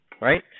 right